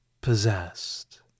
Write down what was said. possessed